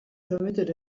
permitted